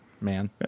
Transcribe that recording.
Man